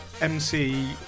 MC